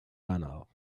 banal